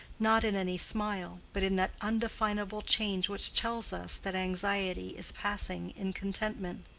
not in any smile, but in that undefinable change which tells us that anxiety is passing in contentment.